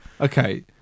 Okay